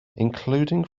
including